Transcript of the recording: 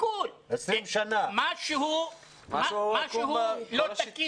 משהו לא תקין.